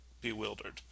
bewildered